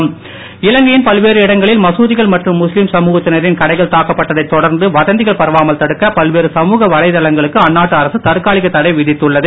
இலங்கை இலங்கையின் பல்வேறு இடங்களில் மசூதிகள் மற்றும் முஸ்லீம் சமூகத்தினரின் கடைகள் தாக்கப்பட்டதைத் தொடர்ந்துவதந்திகள் பரவாமல் தடுக்க பல்வேறு சமூக வலைதளங்களுக்கு அந்நாட்டு அரசு தற்காலிக தடை விதித்துள்ளது